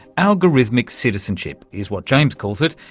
algorithmic citizenship, is what james calls it,